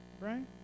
right